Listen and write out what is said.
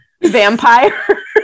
vampire